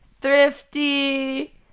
thrifty